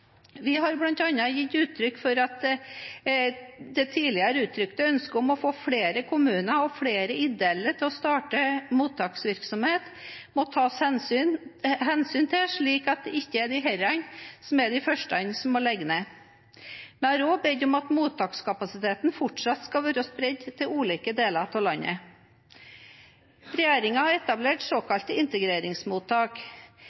vi ivaretar viktige hensyn. Vi har bl.a. gitt uttrykk for at det tidligere uttrykte ønsket om å få flere kommuner og flere ideelle til å starte mottaksvirksomhet må tas hensyn til, slik at ikke disse er de første som må legges ned. Vi har også bedt om at mottakskapasiteten fortsatt skal være spredt til ulike deler av landet. Regjeringen har etablert